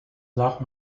sach